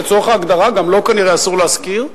לצורך ההגדרה, גם לו, כנראה, אסור להשכיר דירה.